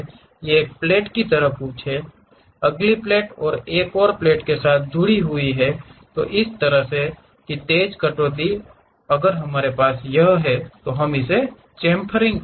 ये एक प्लेट की तरह कुछ हैं अगली प्लेट एक और प्लेट के साथ जुड़ी हुई है जो इस तरह की तेज कटौती है अगर हमारे पास यह है तो हम इसे चम्फरिंग कहते हैं